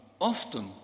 often